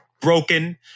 broken